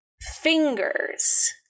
Fingers